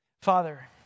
Father